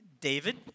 David